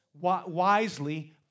wisely